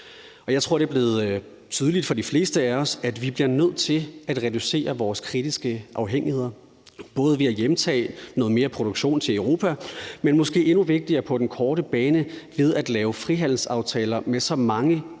jeg tror, det er blevet tydeligt for de fleste af os, at vi bliver nødt til at reducere vores kritiske afhængigheder, både ved at hjemtage noget mere produktion til Europa, men også måske endnu vigtigere på den korte bane ved at lave frihandelsaftaler med så mange